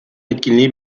etkinliği